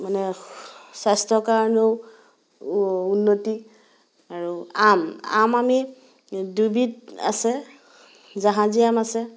মানে স্বাস্থ্যৰ কাৰণেও উন্নতি আৰু আম আম আমি দুবিধ আছে জাহাজী আম আছে